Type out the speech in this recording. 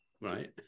Right